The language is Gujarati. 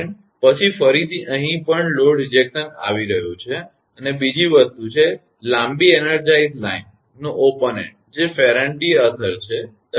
પછી ફરીથી અહીં પણ લોડ રિજેક્શન આવી રહ્યું છે અને બીજી વસ્તુ છે લાંબી એનર્જાઇઝ્ડ લાઇનનો ઓપન એન્ડ જે ફેરંટી અસર છે